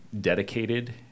dedicated